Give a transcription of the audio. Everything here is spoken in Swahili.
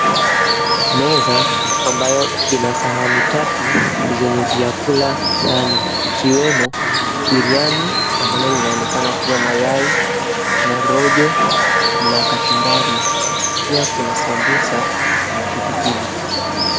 Meza ambayo ina sahani tatu zenye vyakula ndani, ikiwemo biriani ambalo linaonekana kuwa na yai na rojo na kachumbari, pia kuna sambusa na pilipili.